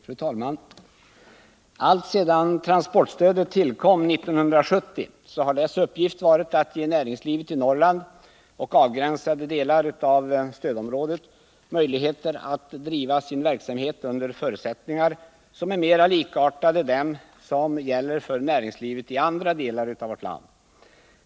Fru talman! Alltsedan transportstödet tillkom 1970 har dess uppgift varit att ge näringslivet i Norrland och avgränsade delar av stödområdet möjligheter att driva sin verksamhet under förutsättningar som är mera likartade dem som gäller för näringslivet i andra delar av vårt land.